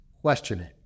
questioning